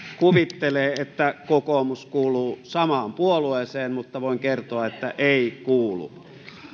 kuvittelee että kokoomus kuuluu samaan puolueeseen mutta voin kertoa että ei kuulu